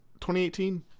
2018